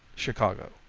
chicago.